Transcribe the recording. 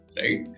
right